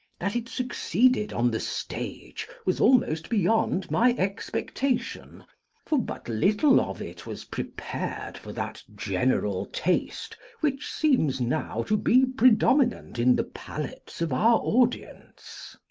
that it succeeded on the stage was almost beyond my expectation for but little of it was prepared for that general taste which seems now to be predominant in the palates of our audience.